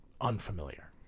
unfamiliar